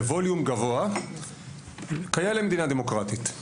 בווליום גבוה כיאה למדינה דמוקרטית,